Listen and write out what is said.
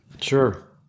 Sure